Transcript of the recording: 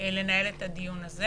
לנהל את הדיון הזה.